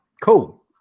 cool